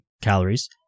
calories